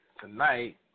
tonight